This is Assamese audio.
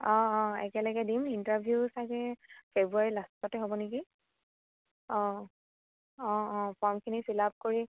অ' অ' একেলগে দিম ইণ্টাৰভিউ ছাগে ফেব্ৰুৱাৰী লাষ্টতে হ'ব নেকি অ' অ' অ' ফৰ্মখিনি ফিল আপ কৰি